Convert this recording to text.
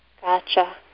Gotcha